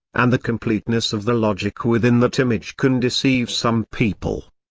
and the completeness of the logic within that image can deceive some people.